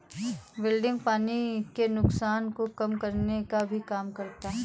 wilting पानी के नुकसान को कम करने का भी काम करता है